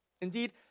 Indeed